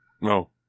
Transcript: No